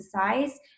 exercise